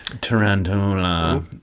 tarantula